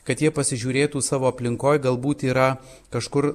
kad jie pasižiūrėtų savo aplinkoj galbūt yra kažkur